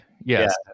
Yes